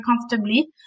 comfortably